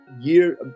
Year